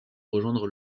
rejoindre